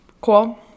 cool